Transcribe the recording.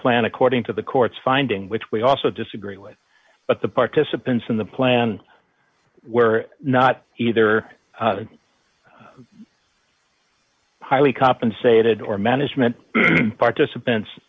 plan according to the court's finding which we also disagree with but the participants in the plan were not either highly compensated or management participants